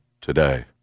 today